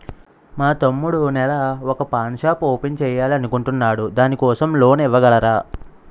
మా తమ్ముడు నెల వొక పాన్ షాప్ ఓపెన్ చేయాలి అనుకుంటునాడు దాని కోసం లోన్ ఇవగలరా?